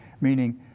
meaning